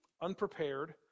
unprepared